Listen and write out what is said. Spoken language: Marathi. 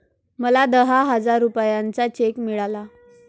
मला दहा हजार रुपयांचा चेक मिळाला